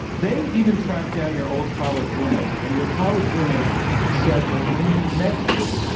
they even tracked down your old college roommate, and your college roommate said that when he met you,